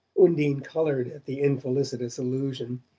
undine coloured at the infelicitous allusion